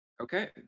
Okay